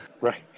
Right